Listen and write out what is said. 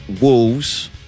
Wolves